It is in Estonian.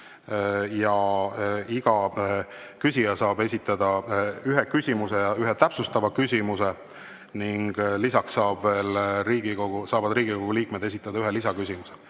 ja iga küsija saab esitada ühe küsimuse ja ühe täpsustava küsimuse ning lisaks saavad Riigikogu liikmed esitada veel ühe lisaküsimuse.